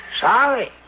Sorry